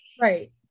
right